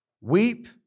weep